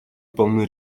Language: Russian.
полны